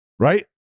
Right